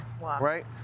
right